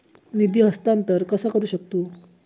निधी हस्तांतर कसा करू शकतू?